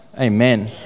amen